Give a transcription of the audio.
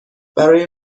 برای